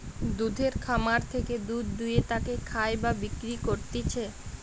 দুধের খামার থেকে দুধ দুয়ে তাকে খায় বা বিক্রি করতিছে